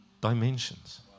dimensions